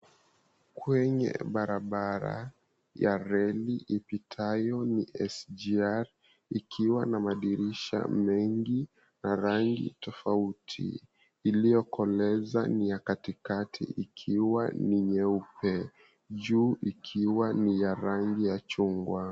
Kwenye barabara ya reli, ipitayo ni SGR ikiwa na madirisha mengi na rangi tofauti. Iliyokolezwa ni ya katikati ikiwa ni nyeupe. Juu ikiwa ni ya rangi ya chungwa.